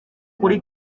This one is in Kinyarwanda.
kuri